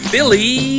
Billy